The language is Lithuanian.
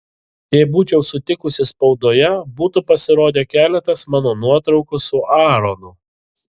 jei būčiau sutikusi spaudoje būtų pasirodę keletas mano nuotraukų su aaronu